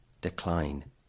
decline